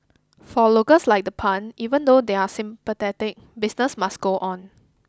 for locals like the Puns even though they're sympathetic business must go on